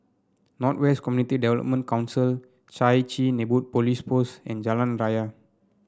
North West Community Development Council Chai Chee Neighbourhood Police Post and Jalan Raya